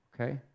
okay